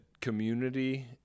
community